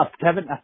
Kevin